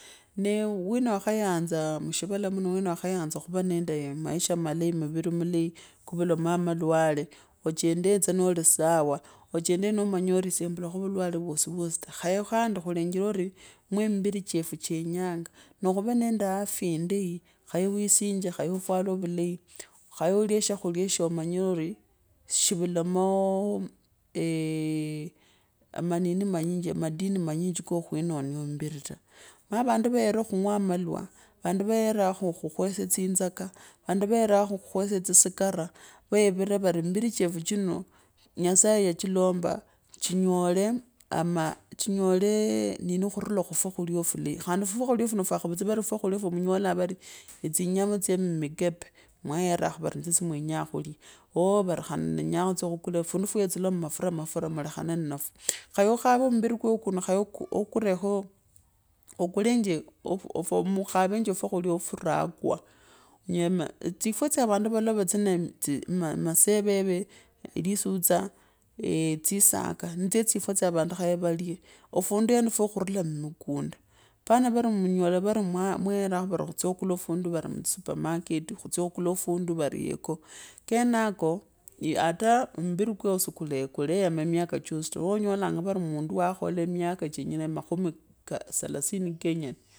Nee wina wakhayanza mushinda mano winawakhayanza khura nende maisha malai muvi mulai kuvulane malwale ochende tsa noli sawa ochende no manya uri esye mbula avolwale vosi ta khaye khandi khulenjeri omba mwo mivine chefu chenyanga naa khura nende afya indai khaye wisinje khaya ufwale vulai khaye uliye shakhulya she manyire ori shivulamoo uu amanin manyiji madini manyinji ko kwinona ombiri ta ah! Omanye vandu vayerakho khukhwesa tsi sikara vayevirara vari mivini chefu chino nyasaye ya chulembo chinyole ama chinyobe nini khurula mufwakhula fuleyi khandi fwa khuaca funo fukhava tsa furi fwakhuka pwa munyolaa weri etsinyona tsya mmikebe mwayerakho vari nitsyo tsya mwenyaa khulya oooh veri nenyaa khutsyo khukula fundu fwayetsala mafura mafura mulekhane mnafwo khaye mukhawe mmbiri kweano khaye akurekho akueye mukhavenjeofwakhulya frakwanee tsifwa tsyavandu valava tsine tairi masevere lisutsa tsisaga nitsyo tsifwa tsya vandu nenye valge ofundi yani fwa khurule mukanda panavari munyole vari mwagerakho khutsya khukuna fanalu musuomaketi khutsya khukula fundu exo kemako ata mmbiri kweawo sikale sikulenga miaka chenecho chasi ta niwonyolanga mundu wa khola emaka chanyare makhami salasini kenyane.